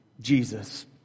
Jesus